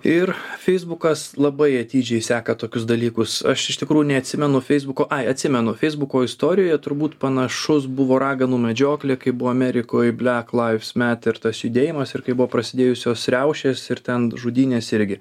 ir feisbukas labai atidžiai seka tokius dalykus aš iš tikrųjų neatsimenu feisbuko atsimenu feisbuko istorijoje turbūt panašus buvo raganų medžioklė kaip buvo amerikoj black lives matter tas judėjimas ir kai buvo prasidėjusios riaušės ir ten žudynės irgi